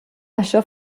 això